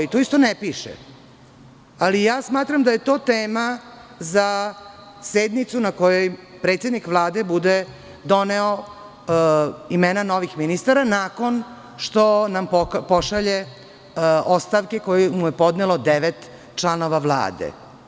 To isto ne piše, ali smatram da je to tema za sednicu na kojoj predsednik Vlade bude doneo imena novih ministara nakon što nam pošalje ostavke koje mu je podnelo devet članova Vlade.